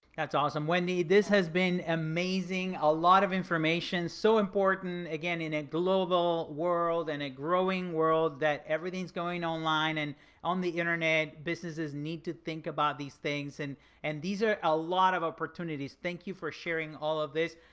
that's awesome, wendy, this has been amazing. a lot of information, so important again in a global world and a growing world that everything's going online and on the internet, businesses need to think about these things. and and these are a lot of opportunities. thank you for sharing all of this.